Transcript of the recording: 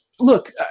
look